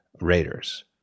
Raiders